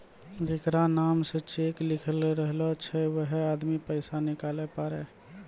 जेकरा नाम से चेक लिखलो रहै छै वैहै आदमी पैसा निकालै पारै